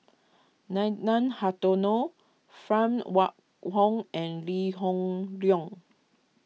Nathan Hartono Phan Wait Hong and Lee Hoon Leong